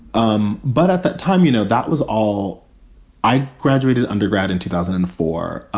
um but at that time, you know, that was all i graduated undergrad in two thousand and four.